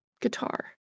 guitar